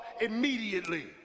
immediately